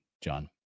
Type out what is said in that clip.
John